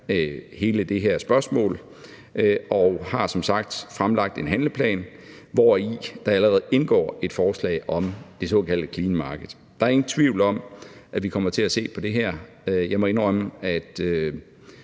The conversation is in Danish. hele det her spørgsmål, og vi har som sagt fremlagt en handleplan, hvori der allerede indgår et forslag om det såkaldte clean market. Der er ingen tvivl om, at vi kommer til at se på det her. Jeg må indrømme, at